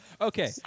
Okay